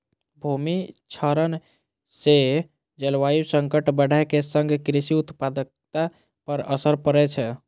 भूमि क्षरण सं जलवायु संकट बढ़ै के संग कृषि उत्पादकता पर असर पड़ै छै